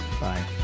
Bye